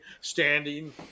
standing